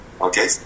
Okay